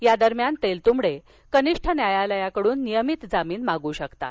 या दरम्यान तेलतुंबडे कनिष्ठ न्यायालयाकडून नियमित जामीन मागू शकतात